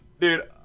dude